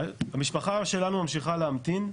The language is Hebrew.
המשפחה שלנו ממשיכה להמתין,